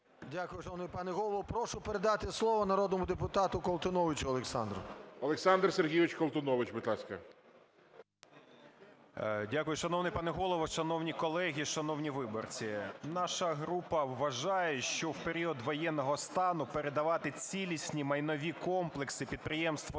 Дякую, шановний пане Голово. Прошу передати слово народному депутату Колтуновичу Олександру ГОЛОВУЮЧИЙ. Олександр Сергійович Колтунович, будь ласка. 14:11:34 КОЛТУНОВИЧ О.С. Дякую. Шановний пане Голово, шановні колеги, шановні виборці! Наша група вважає, що в період воєнного стану передавати цілісні майнові комплекси підприємств